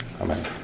Amen